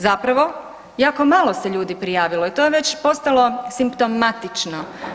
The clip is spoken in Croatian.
Zapravo jako malo se ljudi prijavilo i to je već postalo simptomatično.